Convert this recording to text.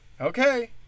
okay